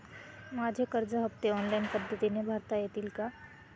माझे कर्ज हफ्ते ऑनलाईन पद्धतीने भरता येतील का?